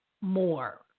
more